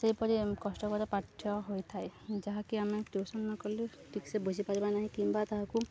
ସେହିପରି କଷ୍ଟକର ପାଠ୍ୟ ହୋଇଥାଏ ଯାହାକି ଆମେ ଟିଉସନ୍ ନ କଲେ ଠିକ୍ସେ ବୁଝିପାରିବା ନାହିଁ କିମ୍ବା ତାହାକୁ